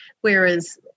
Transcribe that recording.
whereas